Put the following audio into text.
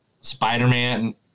Spider-Man